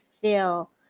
feel